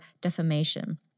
defamation